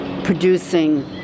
producing